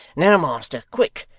now, master, quick!